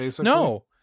No